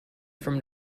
from